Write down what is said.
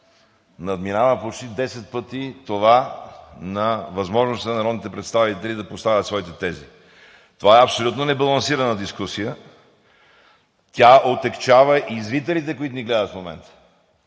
надминава почти 10 пъти това на възможностите на народните представители да поставят своите тези. Това е абсолютно небалансирана дискусия. Тя отегчава и зрителите, които ни гледат в момента.